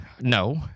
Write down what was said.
no